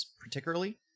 Particularly